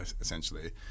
essentially